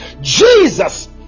Jesus